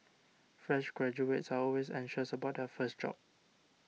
fresh graduates are always anxious about their first job